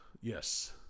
yes